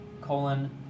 Colon